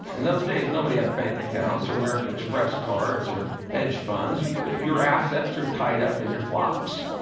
in those days, nobody had bank accounts, or american express cards, or hedge funds. yeah your your assets are tied up in your flocks.